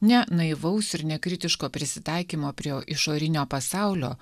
ne naivaus ir nekritiško prisitaikymo prie išorinio pasaulio